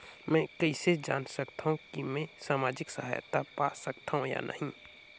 मै कइसे जान सकथव कि मैं समाजिक सहायता पा सकथव या नहीं?